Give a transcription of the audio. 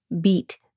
beat